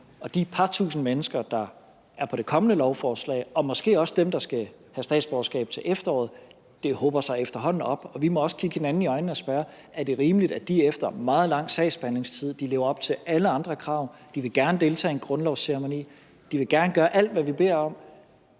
det par tusind mennesker, der er på det kommende lovforslag, og måske også dem, der skal have statsborgerskab til efteråret, ikke skal vente. Det hober sig efterhånden op, og vi må også kigge hinanden i øjnene og spørge: Er det rimeligt efter meget lang sagsbehandlingstid? De lever op til alle andre krav, de vil gerne deltage i en grundlovsceremoni, de vil gerne gøre alt, hvad vi beder om.